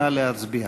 נא להצביע.